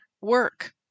work